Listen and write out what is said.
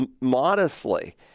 modestly